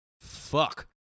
fuck